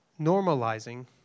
normalizing